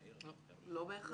לא בהכרח.